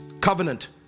covenant